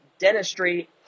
Dentistry